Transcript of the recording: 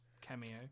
cameo